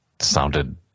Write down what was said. sounded